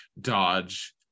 Dodge